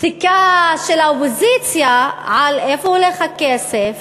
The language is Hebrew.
שתיקה של האופוזיציה על לאיפה הולך הכסף